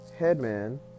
Headman